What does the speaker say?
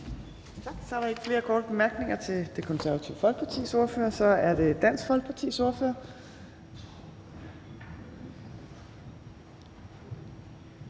Så er det Dansk Folkepartis ordfører,